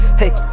hey